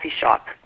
shop